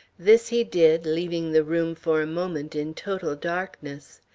this he did, leaving the room for a moment in total darkness.